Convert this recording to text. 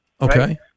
Okay